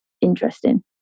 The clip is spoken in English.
interesting